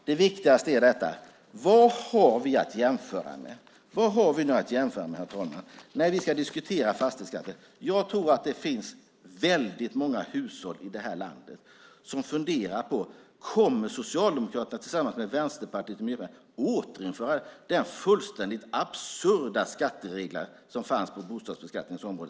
Det viktigaste är: Vad har vi att jämföra med när vi ska diskutera fastighetsskatten? Jag tror att det finns väldigt många hushåll här i landet som funderar på om Socialdemokraterna tillsammans med Vänsterpartiet och Miljöpartiet kommer att återinföra den helt absurda skatteregel som tidigare fanns på bostadsbeskattningens område.